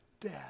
death